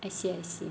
I see I see